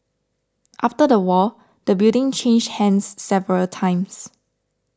after the war the building changed hands several times